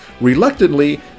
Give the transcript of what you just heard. Reluctantly